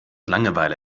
langeweile